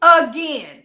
again